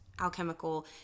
alchemical